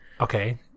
Okay